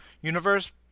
universe